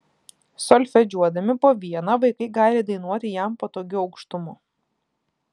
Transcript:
solfedžiuodami po vieną vaikai gali dainuoti jam patogiu aukštumu